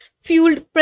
fueled